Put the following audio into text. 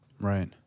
Right